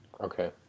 Okay